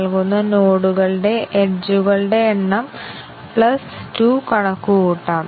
അതിനാൽ തെറ്റും സത്യവും തെറ്റായിരിക്കും